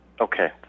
Okay